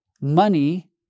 money